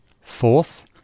Fourth